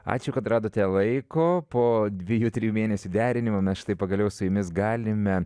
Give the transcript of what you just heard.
ačiū kad radote laiko po dviejų trijų mėnesių derinimo mes štai pagaliau su jumis galime